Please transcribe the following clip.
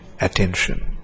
attention